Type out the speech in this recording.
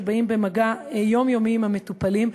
שבאים במגע יומיומי עם המטופלים,